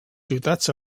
ciutats